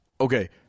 Okay